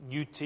UT